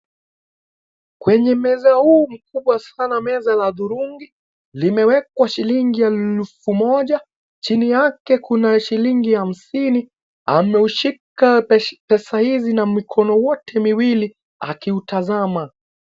Kwenye meza huu mkubwa sana meza la thurungi, limewekwa shillingi ya nusu moja, chini yake kuna shillingi ya hamsini, ameushika besh, pesa hizi na mikono wote miwili, akiutazama.